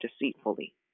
deceitfully